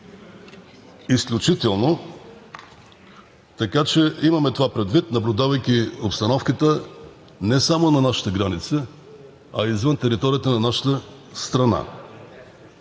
изключително. Така че имаме това предвид, наблюдайки обстановката не само на нашата граница, а и извън територията на нашата страна.